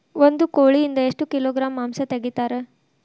ಒಂದು ಕೋಳಿಯಿಂದ ಎಷ್ಟು ಕಿಲೋಗ್ರಾಂ ಮಾಂಸ ತೆಗಿತಾರ?